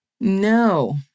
no